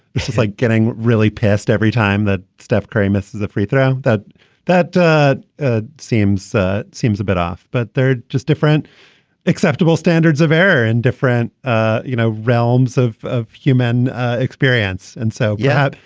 this is like getting really pissed every time that steph curry misses a free throw that that that ah seems seems a bit off but they're just different acceptable standards of air and different ah you know realms of of human experience and so yeah.